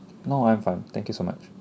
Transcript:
no I'm fine thank you so much